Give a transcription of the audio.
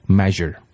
measure